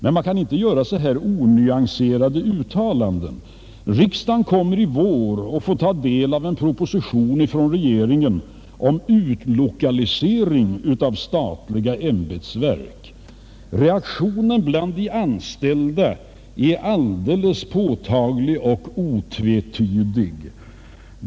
Men man kan inte göra sådana här onyanserade uttalanden. Riksdagen kommer i vår att få ta del av en proposition från regeringen om utlokalisering av statliga ämbetsverk. Reaktionen bland de anställda är alldeles påtaglig och otvetydig.